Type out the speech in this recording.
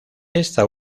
esta